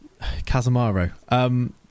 Casemiro